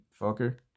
fucker